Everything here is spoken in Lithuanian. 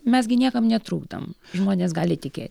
mes gi niekam netrukdom žmonės gali tikėti